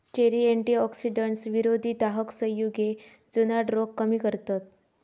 cherry antioxidants, विरोधी दाहक संयुगे, जुनाट रोग कमी करतत